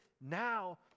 now